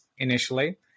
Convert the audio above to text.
initially